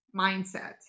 mindset